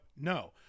No